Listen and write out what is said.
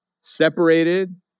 separated